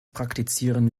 praktizieren